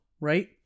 right